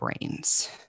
brains